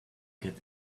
get